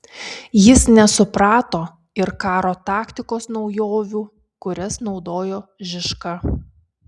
jis nesuprato ir karo taktikos naujovių kurias naudojo žižka